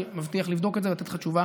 אני מבטיח לבדוק את זה ולתת לך תשובה